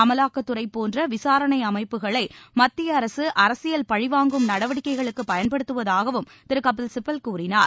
அமலாக்கத்துறைபோன்றவிசாரணைஅமைப்புகளைமத்தியஅரசுஅரசியல் மேலும் பழிவாங்கும் நடவடிக்கைகளுக்குபயன்படுத்துவதாகவும் திருகபில்சிபல் கூறினார்